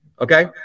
Okay